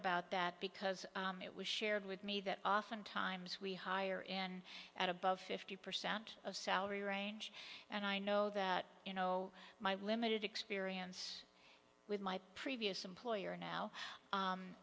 about that because it was shared with me that oftentimes we hire in at above fifty percent of salary range and i know that you know my limited experience with my previous employer now